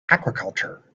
aquaculture